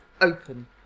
open